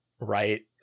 right